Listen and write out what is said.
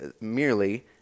merely